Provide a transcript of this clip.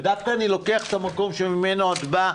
ודווקא אני לוקח את המקום שממנו את באה,